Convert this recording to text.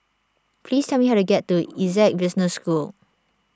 please tell me how to get to Essec Business School